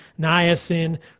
niacin